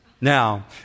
Now